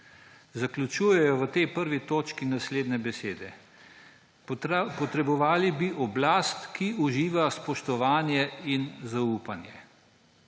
Zaključujejo v tej 1. točki z naslednjimi besedami: »Potrebovali bi oblast, ki uživa spoštovanje in zaupanje.«